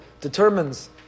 determines